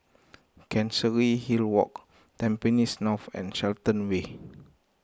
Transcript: Chancery Hill Walk Tampines North and Shenton Way